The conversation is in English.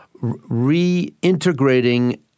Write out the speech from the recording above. reintegrating